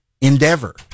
endeavor